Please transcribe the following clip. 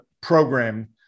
program